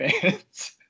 fans